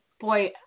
boy